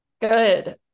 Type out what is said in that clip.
Good